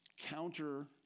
counter